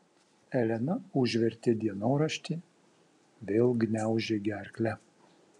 elena užvertė dienoraštį vėl gniaužė gerklę